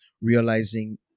realizing